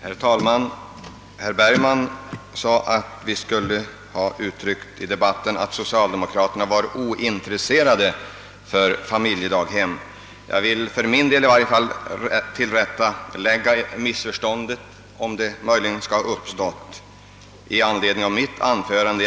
Herr talman! Herr Bergman sade att vi i debatten skulle ha yttrat att socialdemokraterna var ointresserde av familjedaghem. Jag vill, i varje fall för min del, rätta till det missförståndet för den händelse det skulle ha uppstått i anledning av mitt anförande.